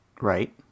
Right